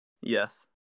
Yes